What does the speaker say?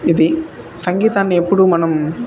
ఇది సంగీతాన్ని ఎప్పుడూ మనం